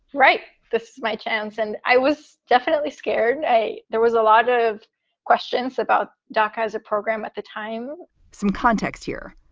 right? this is my chance. and i was definitely scared. a there was a lot of questions about daca as a program at the time some context here.